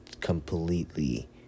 completely